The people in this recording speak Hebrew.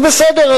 אז בסדר,